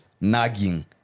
nagging